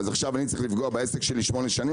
אז עכשיו אני צריך לפגוע בעסק שלי שמונה שנים?